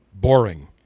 Boring